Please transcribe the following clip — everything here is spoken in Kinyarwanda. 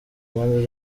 mpande